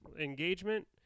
engagement